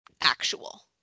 actual